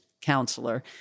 counselor